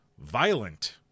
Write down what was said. violent